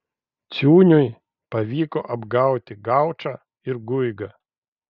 ciūniui pavyko apgauti gaučą ir guigą